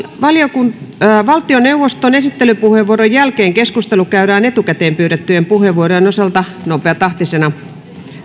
valtioneuvoston esittelypuheenvuoron jälkeen keskustelu käydään etukäteen pyydettyjen puheenvuorojen osalta nopeatahtisena